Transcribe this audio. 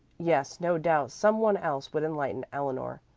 yes, no doubt some one else would enlighten eleanor.